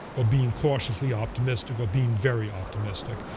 or being cautiously optimistic, or being very optimistic.